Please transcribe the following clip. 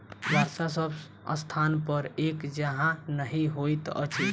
वर्षा सभ स्थानपर एक जकाँ नहि होइत अछि